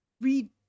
read